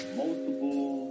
multiple